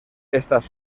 estas